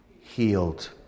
healed